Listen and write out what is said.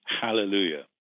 hallelujah